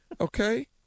Okay